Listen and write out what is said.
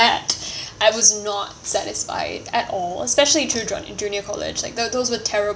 that I was not satisfied at all especially through in junior college like those with terror